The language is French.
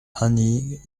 annie